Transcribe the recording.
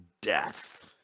Death